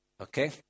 Okay